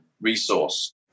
resource